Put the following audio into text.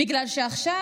בגלל שעכשיו,